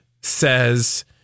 says